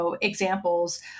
examples